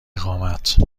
اقامت